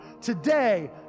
Today